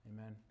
Amen